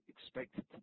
expected